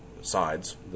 sides